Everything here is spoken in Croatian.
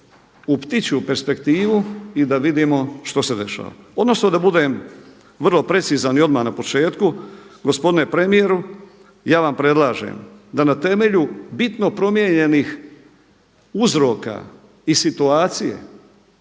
u ptičju perspektivu i da vidimo što se dešava odnosno da budem vrlo precizan i odmah na početku gospodine premijeru ja vam predlažem da na temelju bitno promijenjenih uzroka, i situacije